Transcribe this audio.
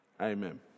Amen